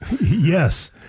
Yes